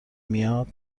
میاد